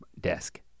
desk